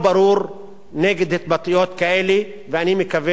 ואני מקווה שהשר שיענה יגיד דברים דומים,